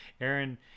aaron